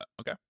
okay